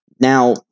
Now